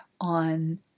on